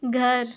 घर